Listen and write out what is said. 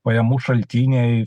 pajamų šaltiniai